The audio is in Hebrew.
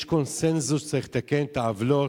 יש קונסנזוס, צריך לתקן את העוולות,